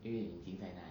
因为你已经在那里了